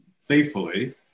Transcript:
faithfully